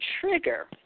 trigger